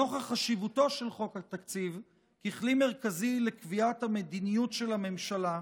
נוכח חשיבותו של חוק התקציב ככלי מרכזי בקביעת המדיניות של הממשלה,